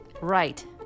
Right